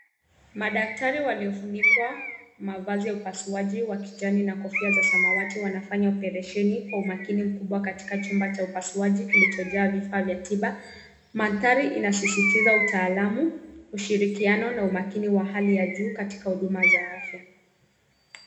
Madaktari waliofunikwa mavazi ya upasuaji wa kijani na kofia za samawati wanafanya operesheni kwa umakini mkubwa katika chumba cha upasuaji kilichojaa vifaa vya tiba. Mandhari inasisitiza utaalamu, ushirikiano na umakini wa hali ya juu katika huduma za afya.